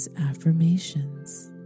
affirmations